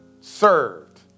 Served